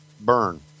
burn